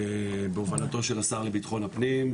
בהובלתו של השר לבטחון הפנים.